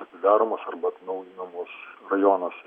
atidaromos arba atnaujinamos rajonuose